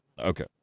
Okay